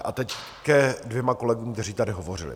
A teď ke dvěma kolegům, kteří tady hovořili.